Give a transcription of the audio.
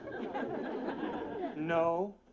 No